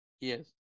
Yes